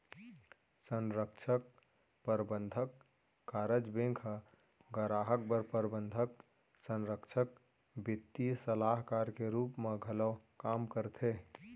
संरक्छक, परबंधक, कारज बेंक ह गराहक बर प्रबंधक, संरक्छक, बित्तीय सलाहकार के रूप म घलौ काम करथे